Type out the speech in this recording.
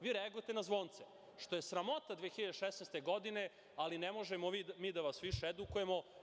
Vi reagujete na zvonce, što je sramota 2016. godine, ali ne možemo mi da vas više edukujemo.